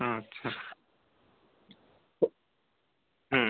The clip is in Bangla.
আচ্ছা হুম